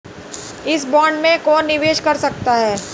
इस बॉन्ड में कौन निवेश कर सकता है?